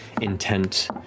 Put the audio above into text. intent